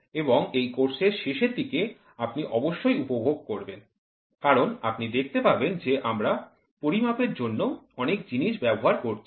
এবং এই কোর্সের শেষের দিকে আপনি অবশ্যই উপভোগ করবেন কারণ আপনি দেখতে পাবেন যে আমরা পরিমাপের জন্য অনেক জিনিস ব্যবহার করছি